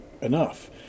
enough